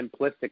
simplistic